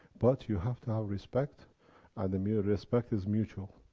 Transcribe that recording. but you have to have respect and the mere respect is mutual.